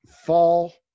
fall